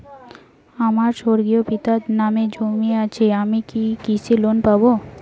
আমার স্বর্গীয় পিতার নামে জমি আছে আমি কি কৃষি লোন পাব?